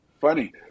Funny